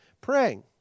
praying